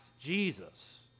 Jesus